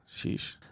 Sheesh